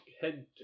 head